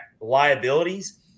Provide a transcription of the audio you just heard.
liabilities